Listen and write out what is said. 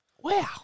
Wow